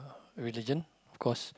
religion of course